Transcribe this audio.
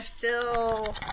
fill